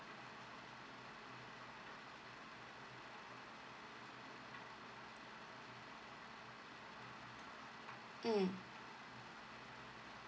mm